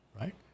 right